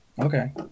Okay